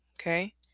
Okay